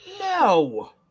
No